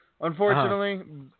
Unfortunately